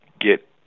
get